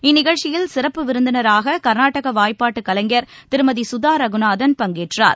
இந்நிகழ்ச்சியில் சிறப்பு விருந்தினராக கர்நாடக வாய்ப்பாட்டு கலைஞர் திருமதி சுதா ரகுநாதன் பங்கேற்றார்